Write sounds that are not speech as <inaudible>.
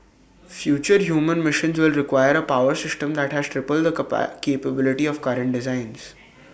future human missions will require A power system that has triple the <unintelligible> capability of current designs